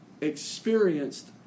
experienced